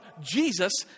Jesus